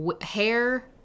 hair